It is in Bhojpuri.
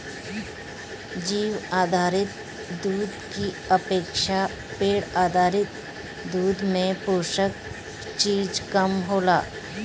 जीउ आधारित दूध की अपेक्षा पेड़ आधारित दूध में पोषक चीज कम होला